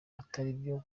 ataribyo